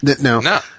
No